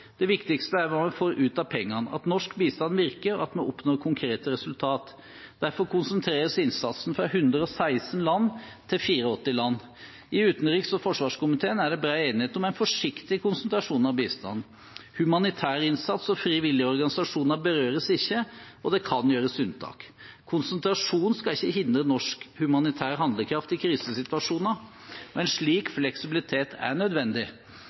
Det viktigste er hva vi får ut av pengene, at norsk bistand virker, og at vi oppnår konkrete resultater. Derfor konsentreres innsatsen fra 116 land til 84 land. I utenriks- og forsvarskomiteen er det bred enighet om en forsiktig konsentrasjon av bistanden. Humanitær innsats og frivillige organisasjoner berøres ikke, og det kan gjøres unntak. Konsentrasjon skal ikke hindre norsk humanitær handlekraft i krisesituasjoner, og en slik fleksibilitet er nødvendig.